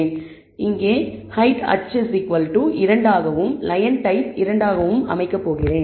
இங்கே height h2 ஆகவும் line டைப்பை 2 ஆகவும் அமைக்கப் போகிறேன்